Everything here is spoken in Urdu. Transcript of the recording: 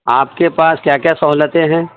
آپ کے پاس کیا کیا سہولتیں ہیں